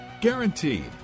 Guaranteed